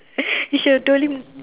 you should have told him